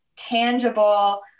tangible